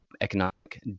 economic